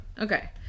Okay